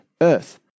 earth